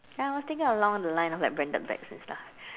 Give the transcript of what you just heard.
ya I was thinking along the line of like branded bags and stuff